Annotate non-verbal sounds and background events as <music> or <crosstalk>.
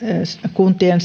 kuntien <unintelligible>